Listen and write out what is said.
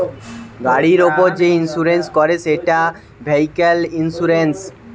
গাড়ির উপর যে ইন্সুরেন্স করে সেটা ভেহিক্যাল ইন্সুরেন্স